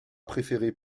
préférée